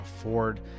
afford